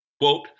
Quote